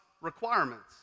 requirements